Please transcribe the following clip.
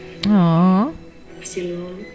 Aww